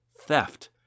theft